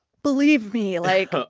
believe me, like,